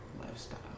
lifestyle